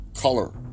color